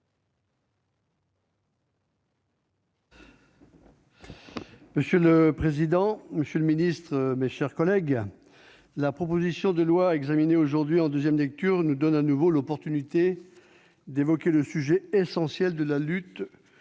Monsieur le président, monsieur le secrétaire d'État, mes chers collègues, la proposition de loi examinée aujourd'hui en deuxième lecture nous redonne l'occasion d'évoquer le sujet essentiel de la lutte